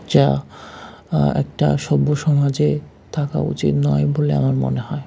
যা একটা সভ্য সমাজে থাকা উচিত নয় বলে আমার মনে হয়